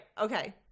okay